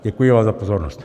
Děkuji vám za pozornost.